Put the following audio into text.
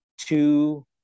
two